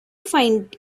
find